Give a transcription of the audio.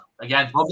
again